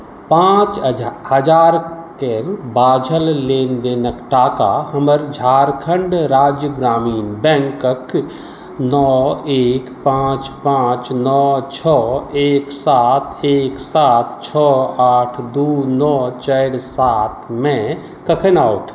पाँच हजारकेर बाझल लेनदेनक टाका हमर झारखण्ड राज्य ग्रामीण बैंकक नओ एक पाँच पाँच नओ छओ एक सात एक सात छओ आठ दू नओ चारि सातमे कखन आओत